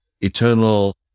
eternal